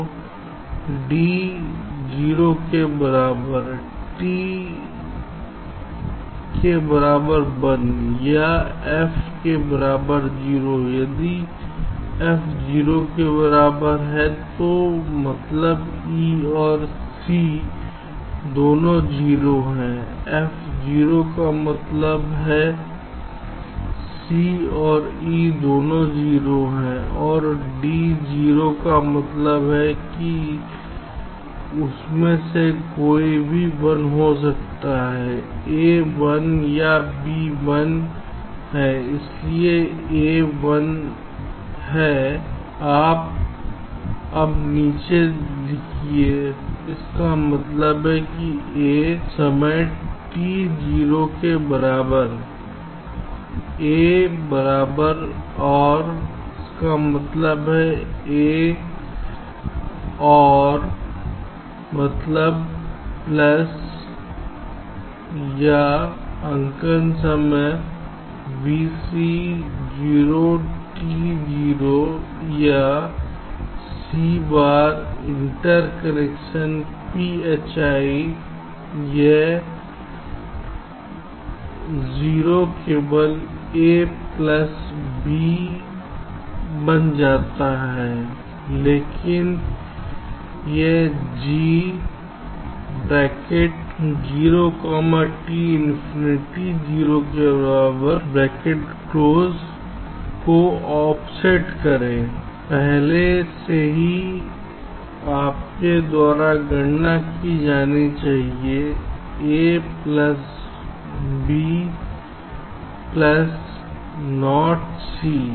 तो d 0 के बराबर t के बराबर 1 या f के बराबर 0 यदि f 0 के बराबर हो तो मतलब e और c दोनों 0 हैं f 0 का मतलब c और e दोनों 0 हैं और d 0 का मतलब है कि उनमें से कोई भी 1 हो सकता है a 1 या b 1 है इसलिए a 1 है आप अब नीचे लिखिए इसका मतलब है a समय t 0 के बराबर a बराबर और इसका मतलब है a ओर मतलब प्लस या अंकन यह bc 0 t 0 है c बार इंटरसेक्शन phi यह 0 केवल a प्लस b बन जाता है लेकिन इस g 0 t infinity के बराबर को ऑफसेट करें पहले से ही आपके द्वारा गणना की जानी चाहिए a plus b plus NOT c